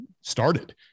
started